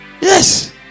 yes